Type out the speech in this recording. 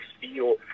feel